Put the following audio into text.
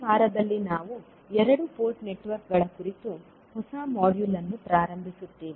ಈ ವಾರದಲ್ಲಿ ನಾವು ಎರಡು ಪೋರ್ಟ್ ನೆಟ್ವರ್ಕ್ಗಳ ಕುರಿತು ಹೊಸ ಮಾಡ್ಯೂಲ್ ಅನ್ನು ಪ್ರಾರಂಭಿಸುತ್ತೇವೆ